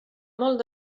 molt